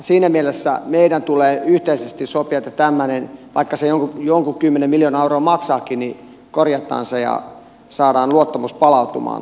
siinä mielessä meidän tulee yhteisesti sopia että tämmöinen vaikka se jonkun kymmenen miljoonaa euroa maksaakin korjataan ja saadaan luottamus palautumaan tältä osin